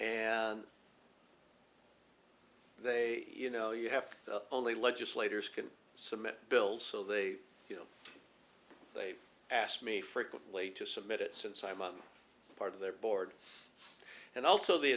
and they you know you have only legislators can submit bills so they you know they've asked me frequently to submit it since i'm a part of their board and also the